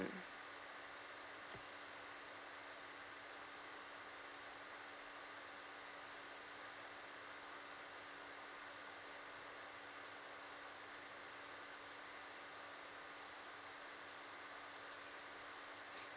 mm